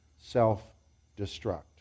self-destruct